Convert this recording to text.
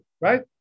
right